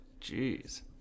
Jeez